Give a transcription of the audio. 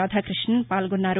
రాధాకృష్ణన్ పాల్గొన్నారు